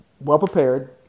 well-prepared